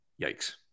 Yikes